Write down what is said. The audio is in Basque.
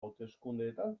hauteskundeetan